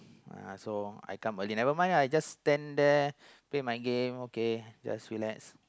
uh so I come early never mind ah I just stand there play my game okay just relax